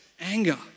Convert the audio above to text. anger